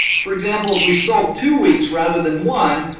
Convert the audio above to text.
for example, if we saw two weeks rather than one,